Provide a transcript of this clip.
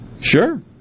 Sure